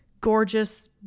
gorgeous